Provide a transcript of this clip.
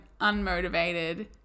unmotivated